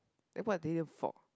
then what are they for